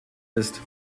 ist